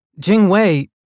Jingwei